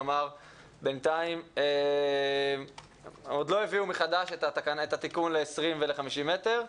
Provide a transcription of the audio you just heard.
כלומר בינתיים עוד לא הביאו מחדש את התיקון ל-20 ול-50 מטר.